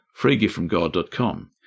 freegiftfromgod.com